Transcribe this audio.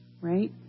right